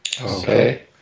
Okay